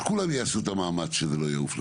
אז כולם יעשו את המאמץ בשביל שזה לא יעוף למעלה.